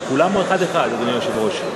על כולם, או אחד-אחד, אדוני היושב-ראש?